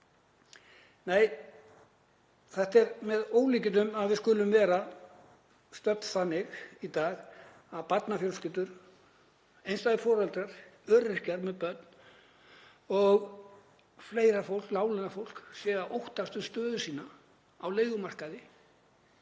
Nei, það er með ólíkindum að við skulum vera stödd þar í dag að barnafjölskyldur, einstæðir foreldrar, öryrkjar með börn og fleira fólk, láglaunafólk, sé að óttast um stöðu sína á leigumarkaði